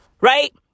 right